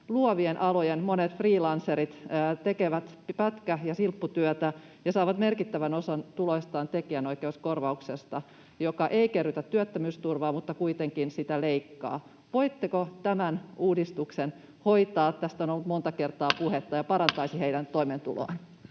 Luovien alojen monet freelancerit tekevät pätkä- ja silpputyötä ja saavat merkittävän osan tuloistaan tekijänoi- keuskorvauksesta, joka ei kerrytä työttömyysturvaa, mutta kuitenkin sitä leikkaa. Voitteko tämän uudistuksen hoitaa? Tästä on ollut monta kertaa puhetta, ja se parantaisi heidän toimeentuloaan.